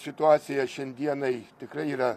situacija šiandienai tikrai yra